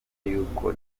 y’uko